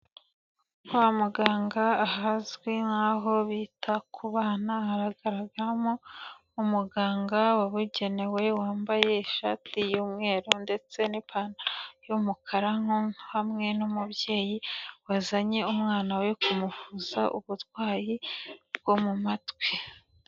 Kwa muganga ahazwi nk'aho bita ku bana, haragaragaramo umuganga wabugenewe wambaye ishati y'umweru ndetse n'ipantaro y'umukara hamwe n'umubyeyi wazanye umwana we kumuvuza ubutwayi bwo mu matwi.